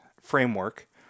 framework